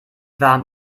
warm